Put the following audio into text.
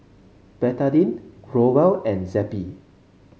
Betadine Growell and Zappy